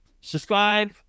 Subscribe